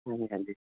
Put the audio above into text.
ਹਾਂਜੀ ਹਾਂਜੀ